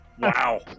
Wow